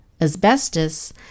asbestos